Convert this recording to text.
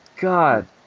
God